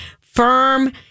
firm